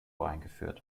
eingeführt